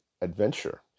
adventure